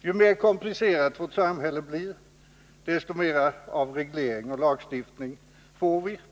Ju mer komplicerat vårt samhälle blir desto mera av reglering och lagstiftning får vi.